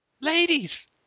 Ladies